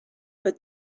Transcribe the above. but